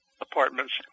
apartments